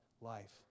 life